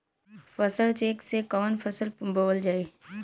फसल चेकं से कवन फसल बोवल जाई?